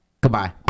goodbye